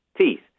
teeth